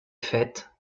fêtes